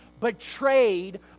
betrayed